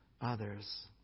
others